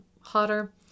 hotter